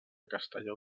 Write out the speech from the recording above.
castelló